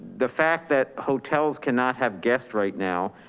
the fact that hotels cannot have guests right now,